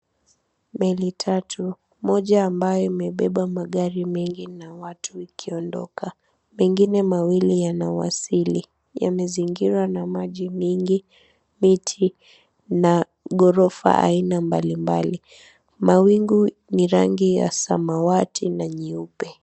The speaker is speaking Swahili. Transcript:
Meli tatu, moja ambayo imebeba magari mengi na watu ikiondoka. Mengine mawili yanawasili. Yamezingirwa na maji mengi, miti na gorofa aina mbalimbali. Mawingu ni rangi ya samawati na nyeupe.